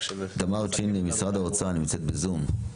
תמר צ'ין, משרד האוצר נמצאת בזום.